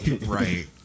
right